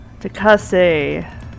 Takase